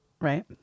Right